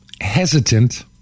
hesitant